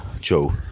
Joe